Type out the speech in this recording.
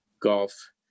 golf